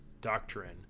doctrine